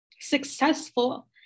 successful